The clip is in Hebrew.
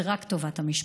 ורק טובת המשפחות.